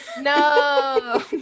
No